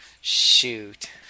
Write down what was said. Shoot